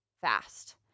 fast